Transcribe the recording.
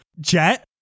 Jet